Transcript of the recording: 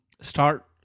start